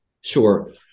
Sure